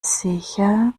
sicher